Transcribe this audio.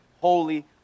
holy